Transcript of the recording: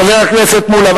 חבר הכנסת מולה,